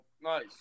nice